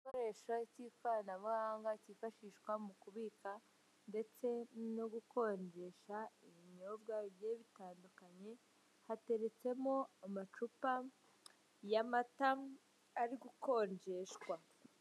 Igikoresho cy'ikoranabuhanga cyifashishwa mu kubika ndetse no gukonjesha ibinyobwa bigiye bitandukanye, hateretsemo amacupa y'amata ari gukonjeshwa.